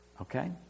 Okay